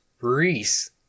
Reese